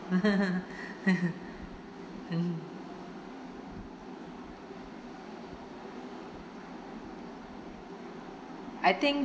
mm I think